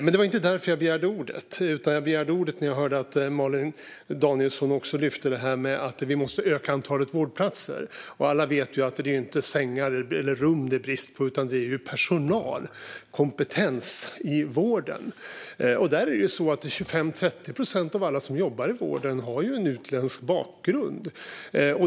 Men det var inte därför jag begärde ordet. Jag begärde ordet när jag hörde att Malin Danielsson lyfte fram att vi måste öka antalet vårdplatser. Alla vet att det inte är sängar eller rum det är brist på utan personal och kompetens i vården. Så många som 25-30 procent av alla som jobbar i vården har utländsk bakgrund.